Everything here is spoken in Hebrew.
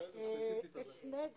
בשעה